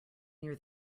near